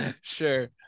Sure